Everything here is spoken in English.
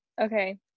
Okay